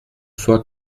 fois